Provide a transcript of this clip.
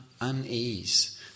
unease